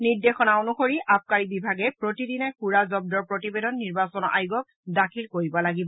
নিৰ্দেশনা অনুসৰি আবকাৰী বিভাগে প্ৰতিদিনেই সুৰা জন্দৰ প্ৰতিবেদন নিৰ্বাচন আয়োগক দাখিল কৰিব লাগিব